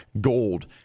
gold